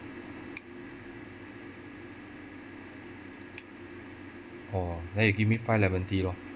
oh then you give me five lemon tea lah